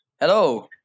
Hello